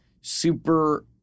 super